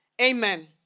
Amen